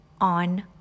on